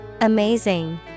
Amazing